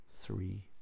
three